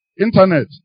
internet